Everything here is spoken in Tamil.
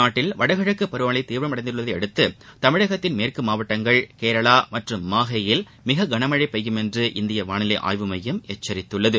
நாட்டில் வடகிழக்கு பருவமழை தீவிரமடைந்துள்ளதையடுத்து தமிழகத்தின் மேற்கு மாவட்டங்கள் கேரளா மற்றும் மாஹேயில் மிக கன மழை பெய்யும் என்று இந்திய வானிலை ஆய்வு மையம் எச்சரித்துள்ளது